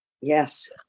Yes